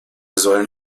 sollen